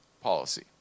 policy